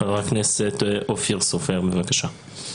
חבר הכנסת אופיר סופר, בבקשה.